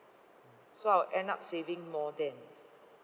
so I'll end up saving more then